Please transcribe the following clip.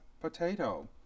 potato